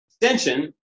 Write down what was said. extension